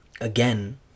again